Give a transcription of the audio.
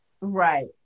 right